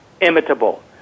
imitable